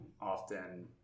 often